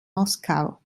moscow